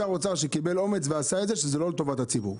שר אוצר שקיבל אומץ ועשה את זה כשזה לא לטובת הציבור.